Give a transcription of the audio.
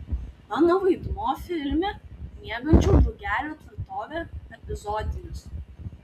mano vaidmuo filme miegančių drugelių tvirtovė epizodinis